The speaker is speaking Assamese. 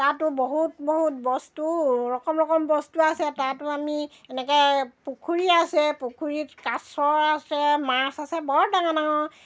তাতো বহুত বহুত বস্তু ৰকম ৰকম বস্তু আছে তাতো আমি এনেকৈ পুখুৰী আছে পুখুৰীত কাছ আছে মাছ আছে বৰ ডাঙৰ ডাঙৰ